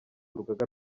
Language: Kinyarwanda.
urugaga